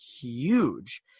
huge